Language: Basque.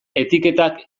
etiketak